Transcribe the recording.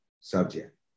subject